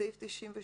סעיף 98